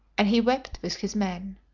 and he wept with his men.